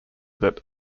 that